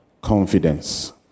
confidence